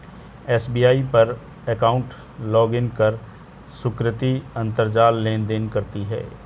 SBI पर account login कर सुकृति अंतरजाल लेनदेन करती है